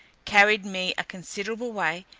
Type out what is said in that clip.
carried me a considerable way,